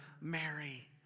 Mary